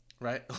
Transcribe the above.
right